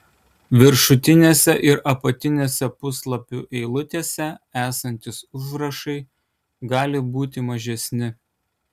viršutinėse ir apatinėse puslapių eilutėse esantys užrašai gali būti mažesni